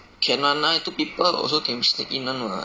can [one] lah two people also can sneak in one [what]